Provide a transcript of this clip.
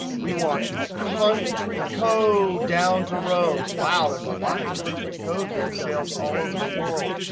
we want country code down to row wow, there's a lot of country codes. we have sales all over the world.